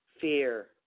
fear